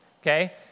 Okay